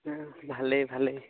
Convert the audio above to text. ভালেই ভালেই